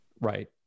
right